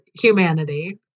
humanity